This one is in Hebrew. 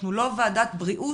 אנחנו לא ועדת בריאות,